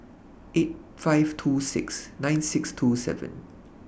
eight five two six nine six two seven